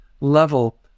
level